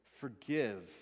forgive